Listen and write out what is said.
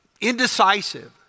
indecisive